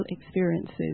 experiences